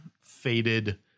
faded